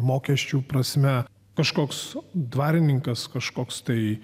mokesčių prasme kažkoks dvarininkas kažkoks tai